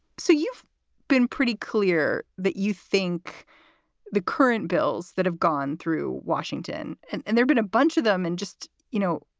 so you've been pretty clear that you think the current bills that have gone through washington and and there've been a bunch of them and just, you know,